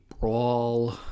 brawl